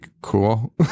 cool